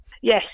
Yes